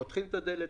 פותחים את הדלת,